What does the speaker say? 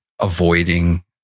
avoiding